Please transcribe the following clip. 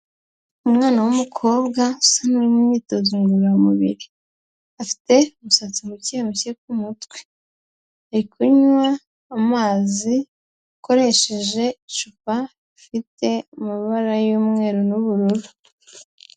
Umwana w'umukobwa usa n'uri mu myitozo ngororamubiri, afite umusatsi mukemuke ku mutwe, ari kunywa amazi akoresheje icupa rifite amabara y'umweru n'ubururu.